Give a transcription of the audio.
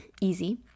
easy